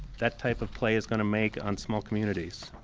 that type of play is going to make on small communities.